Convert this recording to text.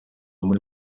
muri